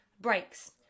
breaks